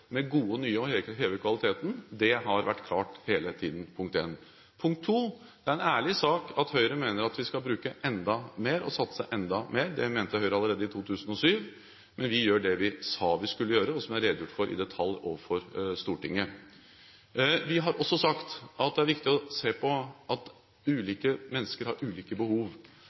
med gode, nye plasser – heve kvaliteten – har vært klart hele tiden. Punkt 2: Det er en ærlig sak at Høyre mener at vi skal bruke enda mer og satse enda mer. Det mente Høyre allerede i 2007. Men vi gjør det vi sa vi skulle gjøre, og som jeg har redegjort for i detalj overfor Stortinget. Vi har også sagt at det er viktig å se på at ulike mennesker har ulike behov.